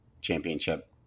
championship